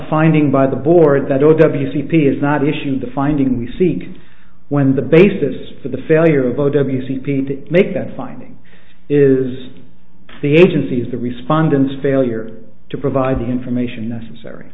finding by the board that o w c p is not issued the finding we seek when the basis for the failure of o w c p to make that finding is the agency's the respondents failure to provide the information necessary